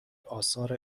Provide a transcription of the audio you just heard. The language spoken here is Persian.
آثار